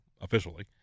officially